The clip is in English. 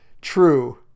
True